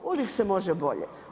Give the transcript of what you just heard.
Uvijek se može bolje.